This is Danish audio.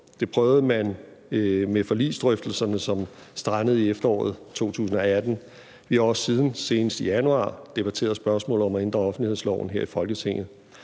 Det prøvede man med forligsdrøftelserne, som strandede i efteråret 2018. Vi har også siden, senest i januar, her i Folketinget debatteret spørgsmålet om at ændre offentlighedsloven.